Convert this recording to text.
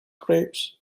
grapes